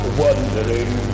wondering